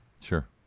Sure